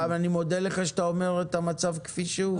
ואני מודה לך שאתה אומר את המצב כפי שהוא,